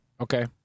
Okay